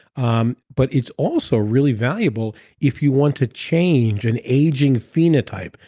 um but it's also really valuable if you want to change an aging phenotype.